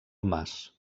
mas